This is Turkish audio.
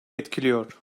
etkiliyor